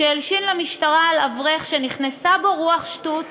שהלשין למשטרה על אברך שנכנסה בו רוח שטות,